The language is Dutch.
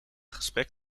gesprek